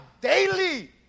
daily